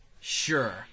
Sure